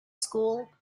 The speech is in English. school